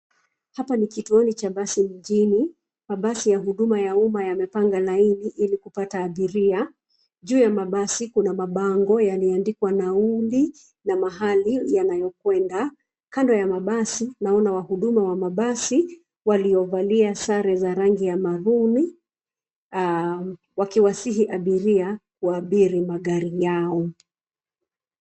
Hapa ni kituoni cha basi mjini, mabasi ya huduma ya umma yamepanga laini ili kupata abiria. Juu ya mabasi kuna mabango yaliyoandikwa nauli na mahali yanayoenda. Kando ya mabasi naona wahuduma wa mabasi waliyo valia sare za rangi ya mavumi wakiwasihi abiria waabiri magari yao.